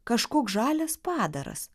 kažkoks žalias padaras